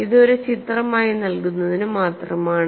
ഇത് ഒരു ചിത്രമായി നൽകുന്നതിന് മാത്രമാണ്